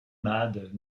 mad